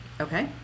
Okay